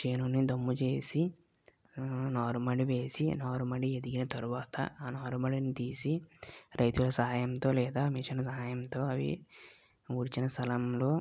చేనును దమ్ము చేసి నారు మడి వేసి నారు మడి ఎదిగిన తరువాత ఆ నారు మడిని తీసి రైతుల సహాయంతో లేదా మిషన్ సహాయంతో అవి కూర్చిన స్థలంలో